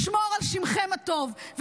לשמור על שמכם הטוב,